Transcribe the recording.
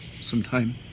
sometime